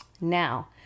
now